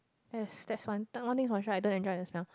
yes that's one that one I don't enjoy the smell